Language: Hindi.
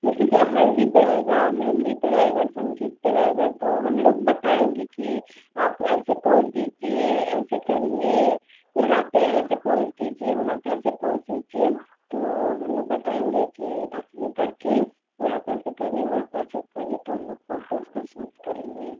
जैसे कि हल्दी पे रहेगा मेहँदी पे रहेगा संगीत पे रहेगा तो हम लोग बताएँगे कि आप ऐसे पोज़ दीजिए ऐसे करिए यहाँ पे ऐसे पोज़ दीजिए वहाँ पे ऐसे पोज़ दीजिए तो हम लोग बताएँगे कि ऐसे से करके यहाँ पे ऐसे करिए वहाँ पे ऐसे करिए तो हम लोग फोटो उसका शूट करेंगे